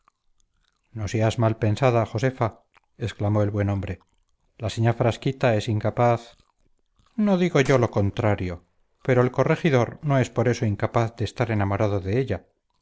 no seas mal pensada josefa exclamó el buen hombre la señá frasquita es incapaz no digo lo contrario pero el corregidor no es por eso incapaz de estar enamorado de ella